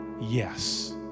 Yes